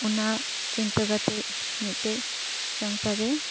ᱚᱱᱟ ᱪᱤᱱᱛᱟᱹ ᱠᱟᱛᱮ ᱢᱤᱫᱴᱮᱱ ᱥᱚᱝᱥᱟᱨ ᱨᱮ